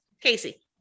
Casey